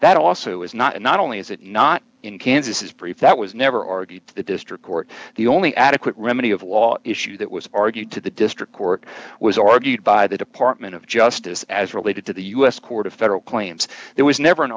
that also it was not and not only is it not in kansas is brief that was never argued the district court the only adequate remedy of law issue that was argued to the district court was argued by the department of justice as related to the u s court of federal claims there was never an